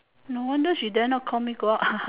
no wonder she dare not call me go out